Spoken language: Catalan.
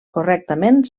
correctament